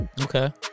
okay